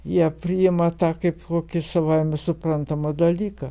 jie priima tą kaip kokį savaime suprantamą dalyką